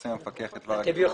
יפרסם המפקח את דבר הגשת הערעור